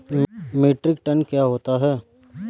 Metric ton क्या होता है?